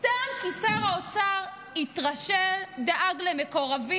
סתם כי שר האוצר התרשל, דאג למקורבים,